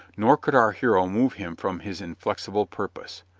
nor could our hero move him from his inflexible purpose.